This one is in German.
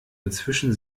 inzwischen